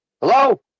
hello